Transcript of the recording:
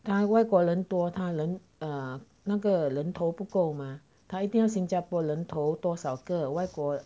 他外国人多他人 err 那个人头不够吗他一定要新加坡人头多少个外国